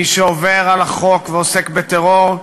מי שעובר על החוק ועוסק בטרור,